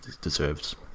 deserves